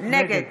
נגד